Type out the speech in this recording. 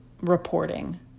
reporting